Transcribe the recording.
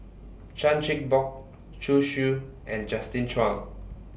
Chan Chin Bock Zhu Xu and Justin Zhuang